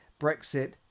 Brexit